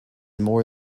more